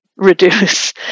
Reduce